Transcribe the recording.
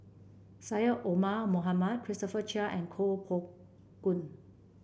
Syed Omar Mohamed Christopher Chia and Kuo Pao Kun